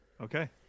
Okay